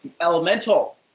Elemental